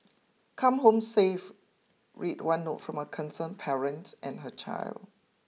come home safe read one note from a concerned parent and her child